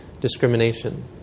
discrimination